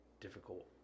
difficult